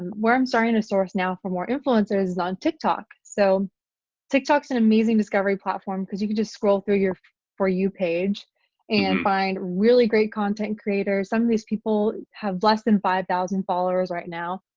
where i'm starting to source now for more influencers is on tiktok. so tiktok is an amazing discovery platform because you can just scroll through your for you page and find really great content creators. some of these people have less than five thousand followers right now,